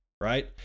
right